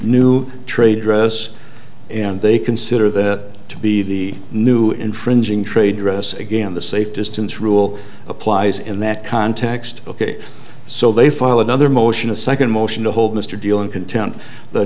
new trade dress and they consider that to be the new infringing trade dress again the safe distance rule applies in that context ok so they file another motion a second motion to hold mr deal in contempt the